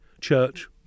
church